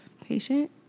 patient